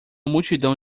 multidão